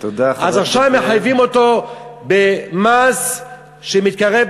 אז עכשיו מחייבים אותו במס שמתקרב,